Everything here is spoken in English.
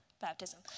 baptism